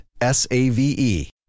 S-A-V-E